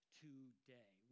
today